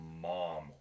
mom